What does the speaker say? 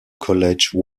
college